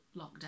lockdown